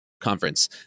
conference